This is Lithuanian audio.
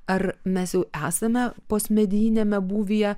ar mes jau esame postmedijiniame būvyje